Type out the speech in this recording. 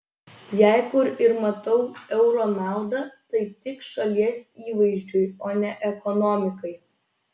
jei kur ir matau euro naudą tai tik šalies įvaizdžiui o ne ekonomikai